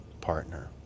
partner